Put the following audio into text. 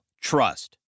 trust